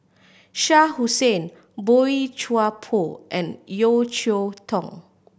Shah Hussain Boey Chuan Poh and Yeo Cheow Tong